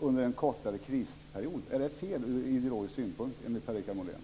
under en kortare krisperiod? Är det fel ur ideologisk synpunkt enligt Per-Richard Molén?